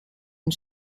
une